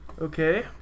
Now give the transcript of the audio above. Okay